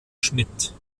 schmitt